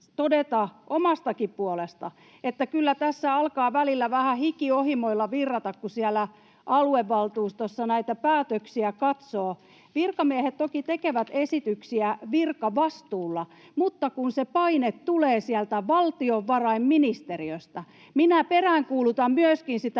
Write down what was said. todeta omastakin puolestani, että kyllä tässä alkaa välillä vähän hiki ohimoilla virrata, kun siellä aluevaltuustossa näitä päätöksiä katsoo. Virkamiehet toki tekevät esityksiä virkavastuulla, mutta se paine tulee sieltä valtiovarainministeriöstä. [Mauri Peltokankaan